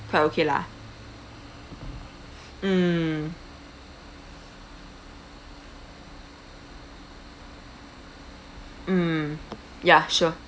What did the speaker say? quite okay lah mm mm ya sure